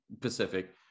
pacific